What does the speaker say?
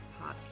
podcast